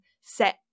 set